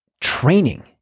training